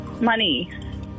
Money